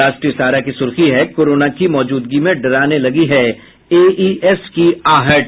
राष्ट्रीय सहारा की सुर्खी है कोरोना की मौजूदगी में डराने लगी है एईएस की आहट